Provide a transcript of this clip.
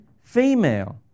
female